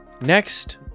Next